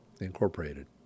incorporated